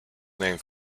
named